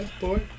boy